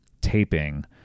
taping